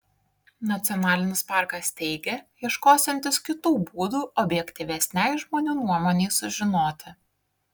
nacionalinis parkas teigia ieškosiantis kitų būdų objektyvesnei žmonių nuomonei sužinoti